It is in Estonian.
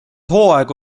hooaega